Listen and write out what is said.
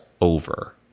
over